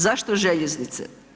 Zašto željeznice?